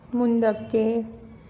ಮುಂದಕ್ಕೆ